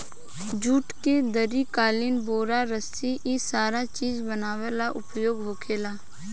जुट के दरी, कालीन, बोरा, रसी इ सारा चीज बनावे ला उपयोग होखेला